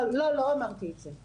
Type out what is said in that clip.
לא אמרתי את זה.